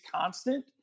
constant